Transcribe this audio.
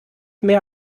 mehr